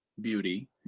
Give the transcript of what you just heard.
beauty